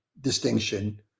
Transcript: distinction